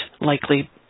likely